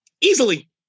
easily